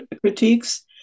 critiques